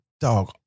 Dog